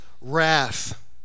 wrath